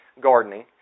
gardening